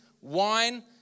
wine